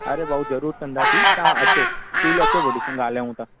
अरे भाऊ ज़रूरु कंदासीं तव्हां अचो स्कूल अचो भली ॻाल्हायूं था